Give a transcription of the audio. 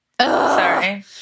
sorry